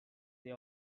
they